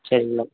சரிங்களா